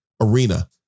arena